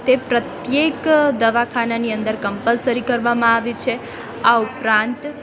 તે પ્રત્યેક દવાખાનાની અંદર કંપલસરી કરવામાં આવી છે આ ઉપરાંત